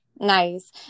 Nice